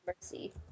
Mercy